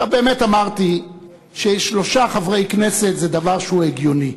באמת אמרתי ששלושה חברי כנסת זה דבר שהוא הגיוני,